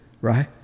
right